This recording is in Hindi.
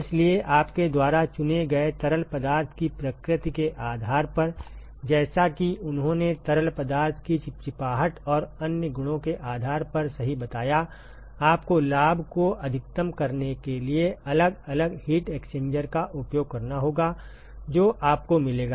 इसलिए आपके द्वारा चुने गए तरल पदार्थ की प्रकृति के आधार पर जैसा कि उन्होंने तरल पदार्थ की चिपचिपाहट और अन्य गुणों के आधार पर सही बताया आपको लाभ को अधिकतम करने के लिए अलग अलग हीट एक्सचेंजर का उपयोग करना होगा जो आपको मिलेगा